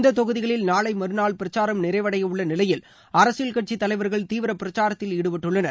இந்த தொகுதிகளில் நாளை மறுநாள் பிரச்சாரம் நிறைவடைய உள்ள நிலையில் அரசியல்கட்சி தலைவர்கள் தீவிர பிரச்சாரத்தில் ஈடுபட்டுள்ளனர்